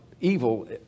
evil